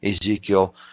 Ezekiel